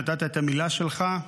נתת את המילה שלך: